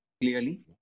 clearly